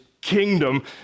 kingdom